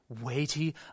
weighty